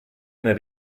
nel